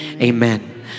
Amen